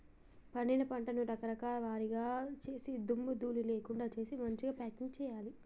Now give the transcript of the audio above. పండిన పంటను రకాల వారీగా వేరు చేసి దుమ్ము ధూళి లేకుండా చేసి మంచిగ ప్యాకింగ్ చేయాలి